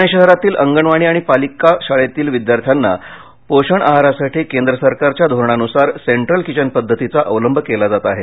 पूणे शहरातील अंगणवाडी आणि पालिका शाळेतील विद्यार्थ्यांना पोषण आहारासाठी केंद्र सरकारच्या धोरणनुसार सेंट्रल किचन पद्धतीचा अवलंब केला जात आहे